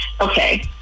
okay